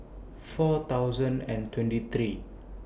four thousand and twenty three